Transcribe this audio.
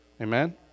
Amen